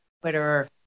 Twitter